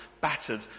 battered